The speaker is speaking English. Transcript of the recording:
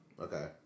Okay